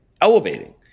elevating